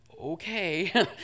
okay